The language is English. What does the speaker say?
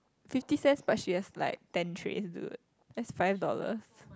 fifty cents but she has like ten trays dude that's five dollars